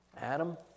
Adam